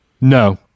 No